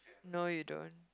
no you don't